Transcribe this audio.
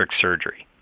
surgery